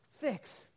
fix